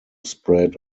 spread